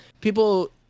People